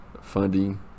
funding